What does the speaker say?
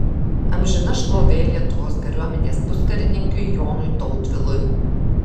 amžina šlovė lietuvos kariuomenės puskarininkiui jonui tautvilui